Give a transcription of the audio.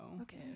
okay